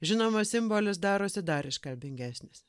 žinoma simbolis darosi dar iškalbingesnis